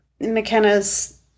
McKenna's